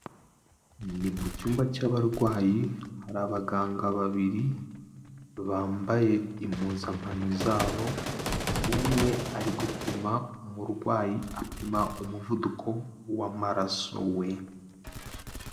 Ni mu cyumba cy'abarwayi hari abaganga babiri, bambaye impuzankano zabo, umwe ari gupima umurwayi apima umuvuduko w'amaraso we.